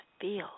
feel